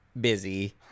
Busy